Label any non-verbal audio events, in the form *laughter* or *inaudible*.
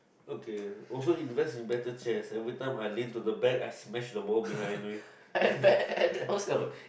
okay always invest in better chairs everytime I lean to the back I smash the wall behind me *laughs*